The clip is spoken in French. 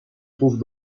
trouvent